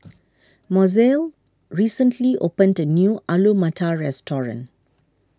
Mozelle recently opened the new Alu Matar restaurant